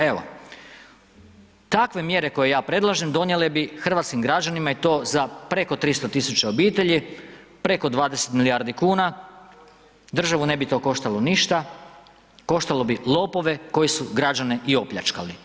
Evo, takve mjere koje ja predlažem donijele bi hrvatskim građanima i to za preko 300.000 obitelji preko 20 milijardi kuna, državu to ne bi koštalo ništa, koštalo bi lopove koji su građane i opljačkali.